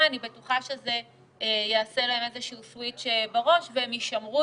אני בטוחה שזה יעשה להם איזה שהוא סוויץ' בראש והם יישמרו